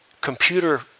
computer